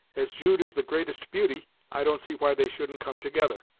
as jude is the greatest beauty, i don't see why they shouldn't come together.